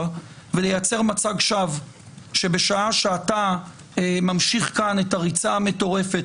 ולייצר מצג שווא שבשעה שאתה ממשיך כאן את הריצה המטורפת,